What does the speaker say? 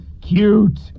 cute